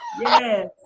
yes